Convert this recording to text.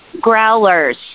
Growlers